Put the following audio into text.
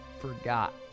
forgot